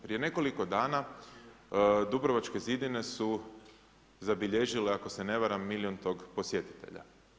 Prije nekoliko dana dubrovačke zidine, su zabilježile, ako se ne varam milijuntog posjetitelja.